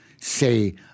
say